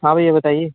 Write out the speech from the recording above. हाँ भैया बताइए